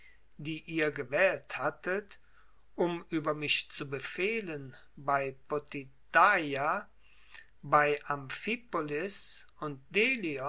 die ihr gewählt hattet um über mich zu befehlen bei potidaia bei amphipolis und delion